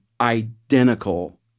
identical